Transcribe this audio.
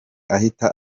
ahita